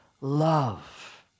love